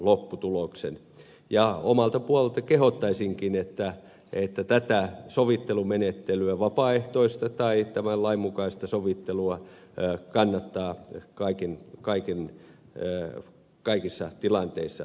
omalta puoleltani kehottaisinkin että tätä sovittelumenettelyä vapaaehtoista tai tämän lain mukaista sovittelua kannattaa kaikissa tilanteissa käyttää